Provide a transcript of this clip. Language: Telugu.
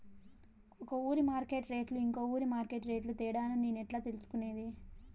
ఒక ఊరి మార్కెట్ రేట్లు ఇంకో ఊరి మార్కెట్ రేట్లు తేడాను నేను ఎట్లా తెలుసుకునేది?